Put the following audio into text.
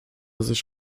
sich